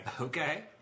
Okay